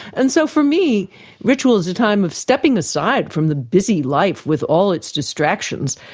and so for me ritual is a time of stepping aside from the busy life with all its distractions.